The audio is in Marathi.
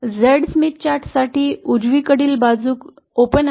Z स्मिथ चार्टसाठी उजवीकडील बाजू खुली आहे